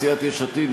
מסיעת יש עתיד,